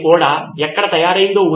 professor మరియు తరగతి ప్రతినిధి CR